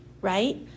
Right